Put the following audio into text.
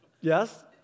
Yes